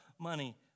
money